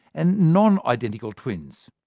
and non-identical twins,